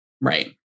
Right